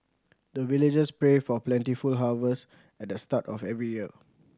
the villagers pray for plentiful harvest at the start of every year